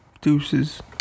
Deuces